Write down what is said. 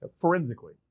Forensically